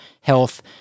health